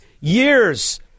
years